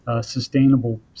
sustainable